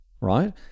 right